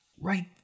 Right